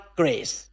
grace